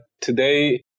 today